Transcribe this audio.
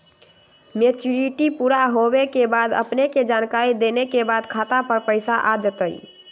Maturity पुरा होवे के बाद अपने के जानकारी देने के बाद खाता पर पैसा आ जतई?